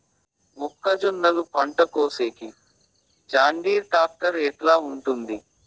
మొక్కజొన్నలు పంట కోసేకి జాన్డీర్ టాక్టర్ ఎట్లా ఉంటుంది?